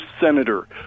senator